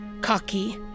cocky